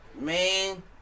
man